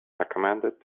recommended